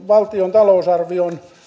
valtion talousarvion